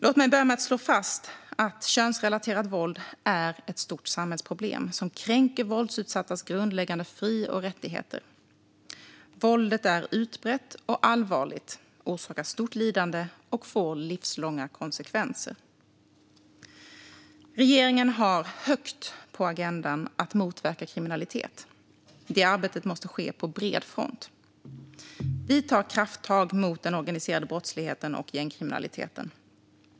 Låt mig börja med att slå fast att könsrelaterat våld är ett stort samhällsproblem som kränker våldsutsattas grundläggande fri och rättigheter. Våldet är utbrett och allvarligt, orsakar stort lidande och får livslånga konsekvenser. Regeringen har högt på agendan att motverka kriminalitet. Det arbetet måste ske på bred front. Vi tar krafttag mot den organiserade brottsligheten och gängkriminaliteten.